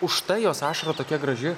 užtai jos ašara tokia graži